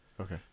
Okay